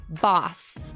boss